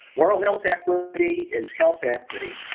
oral health equity is health equity.